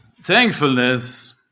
thankfulness